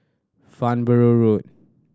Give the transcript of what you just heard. Farnborough Road